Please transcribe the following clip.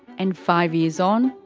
and five years on,